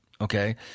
Okay